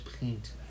paint